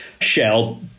Shell